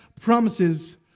promises